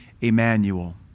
Emmanuel